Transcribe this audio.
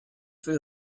will